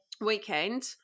Weekend